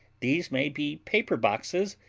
these may be paper boxes,